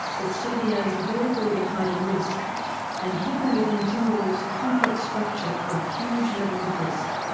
but cdos are very good at hiding risk and hidden within timberwolf's complex structure were huge levels of risk.